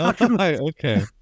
okay